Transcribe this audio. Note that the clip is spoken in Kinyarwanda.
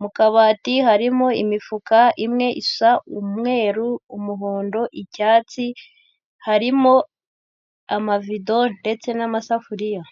Mu kabati harimo imifuka imwe isa umweru, umuhondo, icyatsi, harimo amavido ndetse n'amasafuriya.